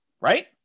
Right